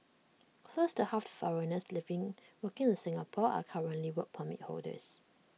close to half the foreigners living working in Singapore are currently Work Permit holders